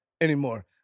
anymore